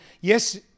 Yes